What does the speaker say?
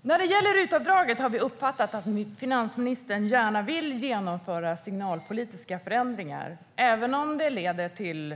Herr talman! När det gäller RUT-avdraget har vi uppfattat att finansministern gärna vill genomföra signalpolitiska förändringar, även om det leder till